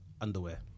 underwear